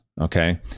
Okay